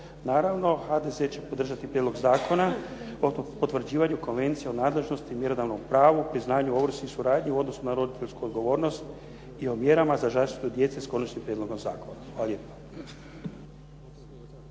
Naravno, HDZ će podržati Prijedlog zakona o potvrđivanju Konvencije o nadležnosti, mjerodavnom pravu, priznanju, ovrsi i suradnji u odnosu na roditeljsku odgovornost i o mjerama za zaštitu djece s Konačnim prijedlogom zakona. Hvala